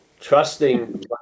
trusting